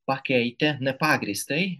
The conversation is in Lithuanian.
pakeitė nepagrįstai